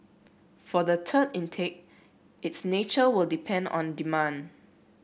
for the third intake its nature will depend on demand